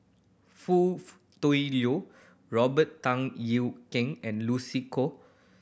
Foo Tui Liew Robert Tan Yew Keng and Lucy Koh